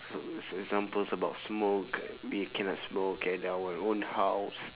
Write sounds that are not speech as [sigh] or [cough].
[noise] examples about smoke we cannot smoke at our own house